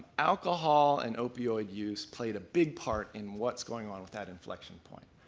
alcohol and opioid use played a big part in what's going on with that inflection point.